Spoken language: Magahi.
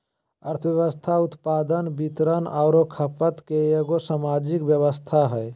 अर्थव्यवस्था उत्पादन, वितरण औरो खपत के एगो सामाजिक व्यवस्था हइ